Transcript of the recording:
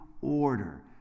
order